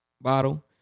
Bottle